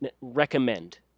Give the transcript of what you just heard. recommend